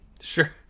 sure